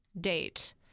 date